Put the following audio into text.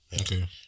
okay